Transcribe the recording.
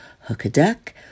hook-a-duck